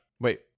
Wait